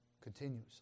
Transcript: Continuously